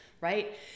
Right